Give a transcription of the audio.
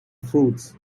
fruits